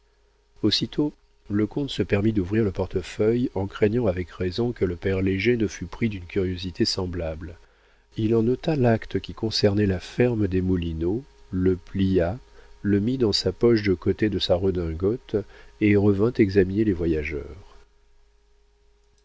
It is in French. aussitôt le comte se permit d'ouvrir le portefeuille en craignant avec raison que le père léger ne fût pris d'une curiosité semblable il en ôta l'acte qui concernait la ferme des moulineaux le plia le mit dans la poche de côté de sa redingote et revint examiner les voyageurs